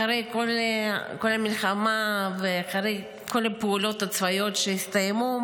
אחרי כל המלחמה ואחרי כל הפעולות הצבאיות שהסתיימו,